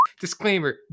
Disclaimer